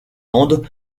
andes